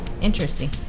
interesting